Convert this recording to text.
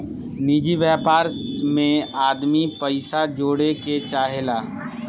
निजि व्यापार मे आदमी पइसा जोड़े के चाहेला